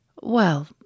Well